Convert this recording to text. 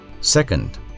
Second